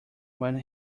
when